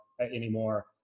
anymore